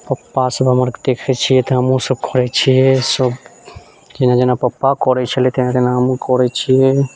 पप्पा सबके हम देखै छियै तऽ हमहुँ सब कहै छियै जेना जेना पप्पा करै छलै तेना तेना हमहुँ करै छियै